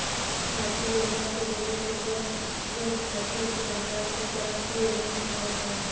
भारतीय योजना के जरिया से लोग खातिर सरकार कई तरह के योजना निकालत हवे